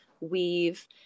weave